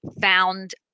found